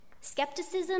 Skepticism